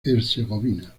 herzegovina